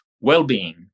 well-being